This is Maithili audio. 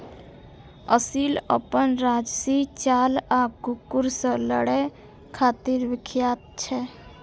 असील अपन राजशी चाल आ कुकुर सं लड़ै खातिर विख्यात छै